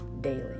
daily